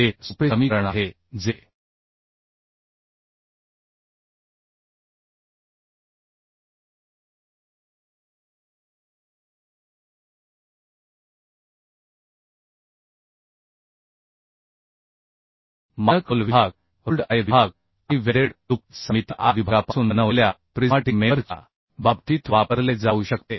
हे सोपे समीकरण आहे जे मानक रोल विभाग रोल्ड I विभाग आणि वेल्डेड दुप्पट सममितीय I विभागापासून बनवलेल्या प्रिझ्माटिक मेंबर च्या बाबतीत वापरले जाऊ शकते